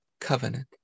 covenant